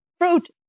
fruit